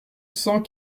cent